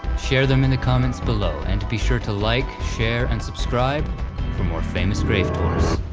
share them in the comments below, and be sure to like, share, and subscribe for more famous grave tours.